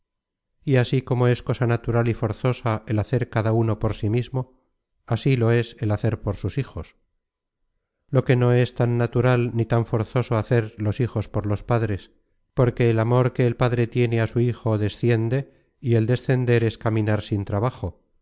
y así como es cosa natural y forzosa el hacer cada uno por sí mismo así lo es el hacer por sus hijos lo que no es tan natural ni tan forzoso hacer los hijos por los padres porque el amor que el padre tiene a su hijo deciende y el decender es caminar sin trabajo